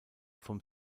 vom